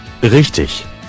Richtig